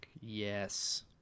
yes